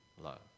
love